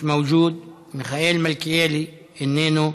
מיש מווג'וד, מיכאל מלכיאלי, איננו,